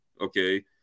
Okay